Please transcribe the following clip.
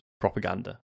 propaganda